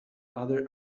other